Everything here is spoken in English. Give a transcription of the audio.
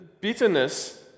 bitterness